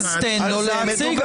אז תן לו להציג.